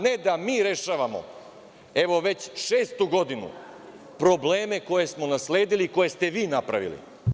A ne da mi rešavamo, evo već šestu godinu, probleme koje smo nasledili, koje ste vi napravili.